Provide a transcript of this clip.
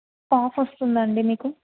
cough వస్తుందా అండి మీకు